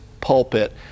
pulpit